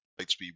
Lightspeed